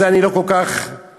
על זה אני לא כל כך ארחיב,